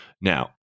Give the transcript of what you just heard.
Now